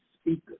speaker